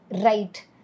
right